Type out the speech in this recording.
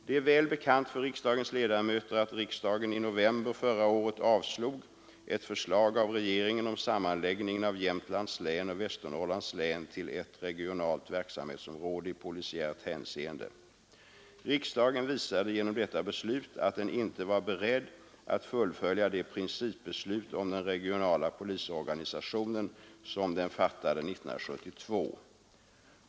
Det är väl bekant för riksdagens ledamöter att riksdagen i november förra året avslog ett förslag av regeringen om sammanläggning av Jämtlands län och Västernorrlands län till ett regionalt verksamhetsområde i polisiärt hänseende. Riksdagen visade genom detta beslut att den inte var beredd att fullfölja det principbeslut om den regionala polisorganisationen som den fattade 1972.